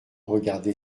regardé